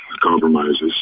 compromises